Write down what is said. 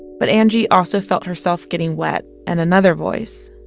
but angie also felt herself getting wet and another voice.